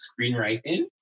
screenwriting